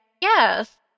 Yes